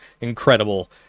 Incredible